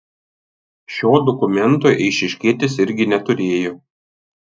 šio dokumento eišiškietis irgi neturėjo